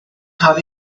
cael